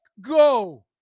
go